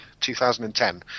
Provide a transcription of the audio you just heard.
2010